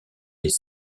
les